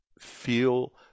feel